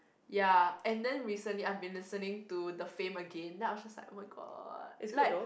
ya and then recently I've been listening to the the Fame again then I'm just like oh-my-god like